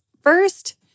First